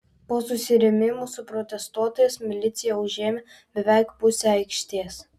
po susirėmimų su protestuotojais milicija užėmė beveik pusę aikštės